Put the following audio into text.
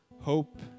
hope